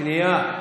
שנייה.